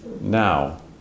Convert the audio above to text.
now